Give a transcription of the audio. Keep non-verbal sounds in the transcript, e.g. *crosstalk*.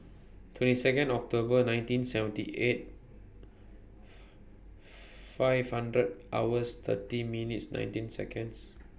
twenty Second October nineteen seventy eight *noise* five hundred hours thirty minutes nineteen Seconds